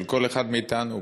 של כל אחד מאתנו,